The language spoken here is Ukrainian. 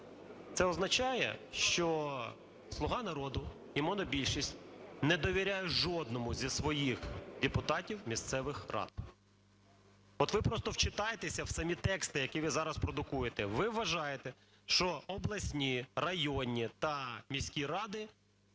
Це означає, що "Слуга народу" і монобільшість не довіряє жодному зі своїх депутатів місцевих рад. От ви просто вчитайтеся в самі тексти, які ви зараз продукуєте. Ви вважаєте, що обласні, районні та міські ради,